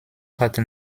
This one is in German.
hatten